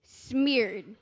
Smeared